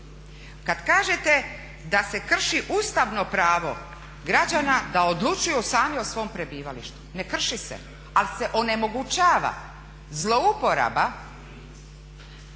Kad kažete da se krši ustavno pravo građana da odlučuju sami o svom prebivalištu. Ne krši se, ali se onemogućava zlouporaba